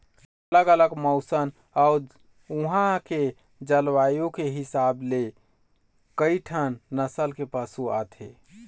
अलग अलग मउसन अउ उहां के जलवायु के हिसाब ले कइठन नसल के पशु आथे